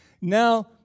now